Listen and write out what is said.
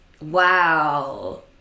Wow